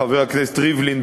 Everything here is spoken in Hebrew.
חבר הכנסת ריבלין,